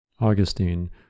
Augustine